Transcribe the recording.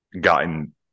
gotten